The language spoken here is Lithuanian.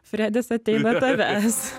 fredis ateina tavęs